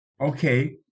Okay